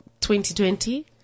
2020